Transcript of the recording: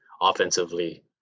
offensively